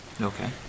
Okay